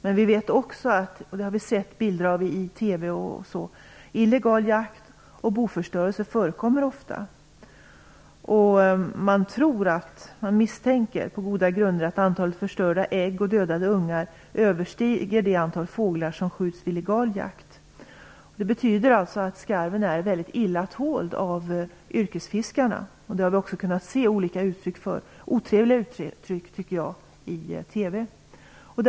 Men vi vet också - och det har vi sett bilder av i TV - att det ofta förekommer illegal jakt och boförstörelse. Man misstänker på goda grunder att antalet förstörda ägg och dödade ungar överstiger det antal fåglar som skjuts vid illegal jakt. Det betyder alltså att skarven är väldigt illa tåld av yrkesfiskarna, vilket vi har kunnat se olika - otrevliga, tycker jag - uttryck för i TV.